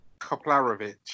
Koplarovic